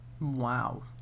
Wow